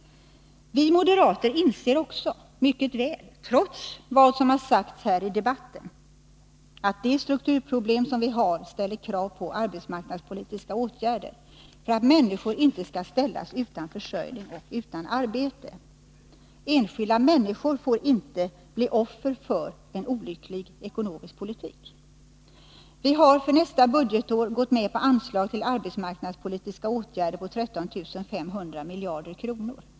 Vi moderater inser också mycket väl, trots vad som har sagts här i debatten, att de strukturproblem som vi har ställer krav på arbetsmarknadspolitiska åtgärder för att människor inte skall ställas utan försörjning och utan arbete. Enskilda människor får inte bli offer för en olycklig ekonomisk politik. Vi har för nästa budgetår gått med på anslag till arbetsmarknadspo litiska åtgärder på 13 500 milj.kr.